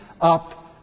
up